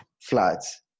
flats